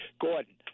Gordon